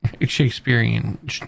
Shakespearean